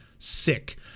Sick